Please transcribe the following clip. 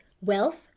wealth